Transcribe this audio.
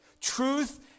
Truth